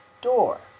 door